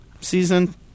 season